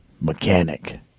mechanic